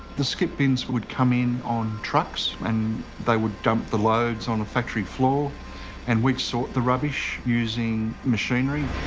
the skip bins would come in on trucks and they would dump the loads on a factory floor and we'd sort the rubbish using machinery.